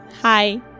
Hi